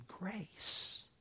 grace